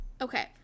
okay